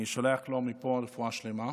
אני שולח לו מפה רפואה שלמה,